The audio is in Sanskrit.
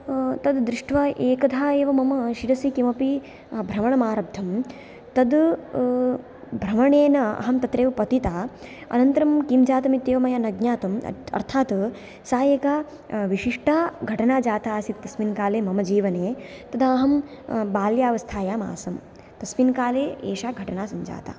तद्दृष्ट्वा एकधा एव मम शिरसि किमपि भ्रमणमारब्धं तत् भ्रमणेन अहं तत्रैव पतिता अनन्तरं किं जातमित्येव मया न ज्ञातम् अर्थात् सा एका विशिष्टा घटना जाता आसीत् तस्मिन् काले मम जीवने तदा अहं बाल्यावस्थायाम् आसम् तस्मिन् काले एषा घटना सञ्जाता